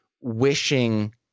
wishing